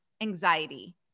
anxiety